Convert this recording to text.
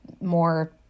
more